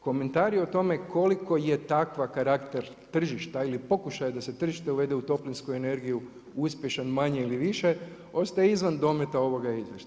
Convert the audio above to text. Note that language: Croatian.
Komentari o tome koliko je takva karakter tržišta, ili pokušaja da se tržište uvede u toplinsku energiju, uspješan manje ili više, ostaje izvan dometa ovoga izvješća.